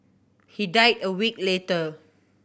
he died a week later